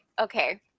okay